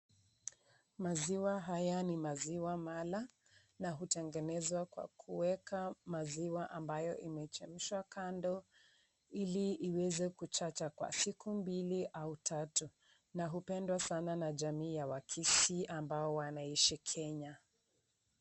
Maziwa haya ni maziwa mala na hutengenezwa kwa kuweka maziwa ambayo imechemshwa kando ili iweze kuchacha kwa siku mbili au tatu na hupendwa sana na jamii ya wakisii ambao wanaishi Kenya.